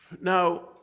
Now